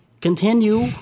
continue